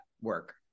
work